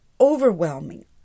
overwhelming